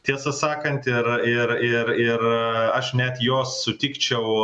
tiesą sakant ir ir ir aš net jos sutikčiau